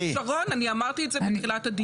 שרון, אני אמרתי את זה בתחילת הדיון.